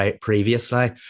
previously